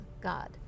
God